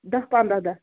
دَہ پنٛداہ دۄہ